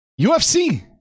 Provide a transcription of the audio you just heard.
UFC